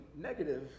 negative